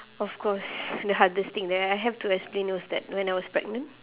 of course the hardest thing that I have to explain was that when I was pregnant